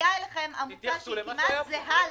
מגיעה אליכם עמותה שהיא כמעט זהה לה,